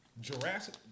Jurassic